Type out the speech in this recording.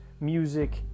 music